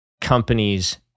companies